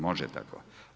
Može tako?